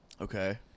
Okay